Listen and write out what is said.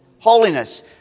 Holiness